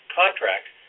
contracts